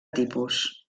tipus